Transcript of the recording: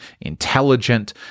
intelligent